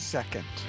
Second